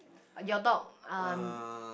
your dog um